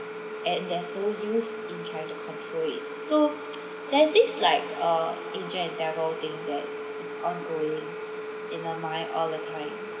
and that's no use in trying to control it so there is this like uh angel and devil thing that is on going in the mind all the time